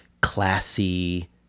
classy